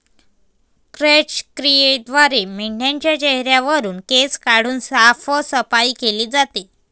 क्रॅच क्रियेद्वारे मेंढाच्या चेहऱ्यावरुन केस काढून साफसफाई केली जाते